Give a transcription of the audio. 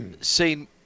seen